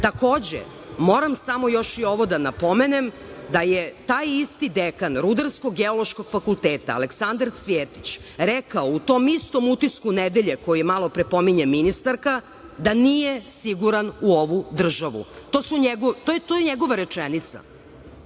zakona. Moram samo još i ovo da napomenem. Da je taj isti dekan Rudarsko-geološkog fakulteta Aleksandar Cvijetić rekao u tom istom „Utisku nedelje“ koji malopre pominje ministarka, da nije siguran u ovu državu. To je njegova rečenica.